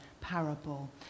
parable